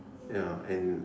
ya and